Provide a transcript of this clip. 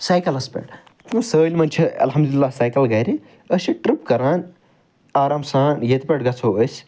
سایکَلس پٮ۪ٹھ تِمن سٲلمَن چھُ اَلحَمدُ لِللہ سایکَل گھرِ أسۍ چھِ ٹٕرٛپ کَران آرام سان ییٚتہِ پٮ۪ٹھ گَژھو أسۍ